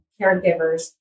caregivers